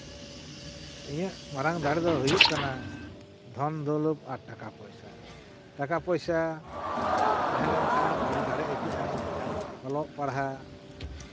ᱤᱧᱟᱹᱜ ᱢᱟᱨᱟᱝ ᱫᱟᱲᱮ ᱫᱚ ᱦᱩᱭᱩᱜ ᱠᱟᱱᱟ ᱫᱷᱚᱱ ᱫᱳᱞᱞᱚᱛ ᱟᱨ ᱴᱟᱠᱟ ᱯᱚᱭᱥᱟ ᱴᱟᱠᱟ ᱯᱚᱭᱥᱟ ᱛᱟᱦᱮᱸ ᱞᱮᱱᱠᱷᱟᱱ ᱟᱹᱰᱤ ᱫᱟᱲᱮ ᱟᱹᱭᱠᱟᱹᱜᱼᱟ ᱚᱞᱚᱜ ᱯᱟᱲᱦᱟᱜ